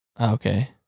Okay